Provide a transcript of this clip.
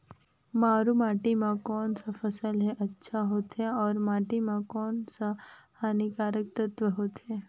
मारू माटी मां कोन सा फसल ह अच्छा होथे अउर माटी म कोन कोन स हानिकारक तत्व होथे?